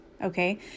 Okay